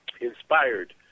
inspired